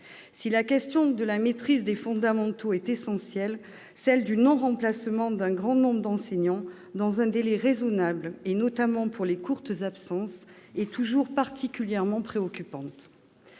si la question de la maîtrise des fondamentaux est essentielle, celle du non-remplacement d'un grand nombre d'enseignants dans un délai raisonnable, notamment pour les courtes absences, est toujours particulièrement préoccupante.